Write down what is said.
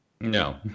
No